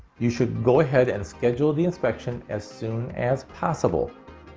you should go ahead and schedule the inspection as soon as possible.